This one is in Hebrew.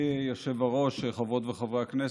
אדוני היושב-ראש, חברות וחברי הכנסת,